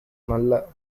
நல்ல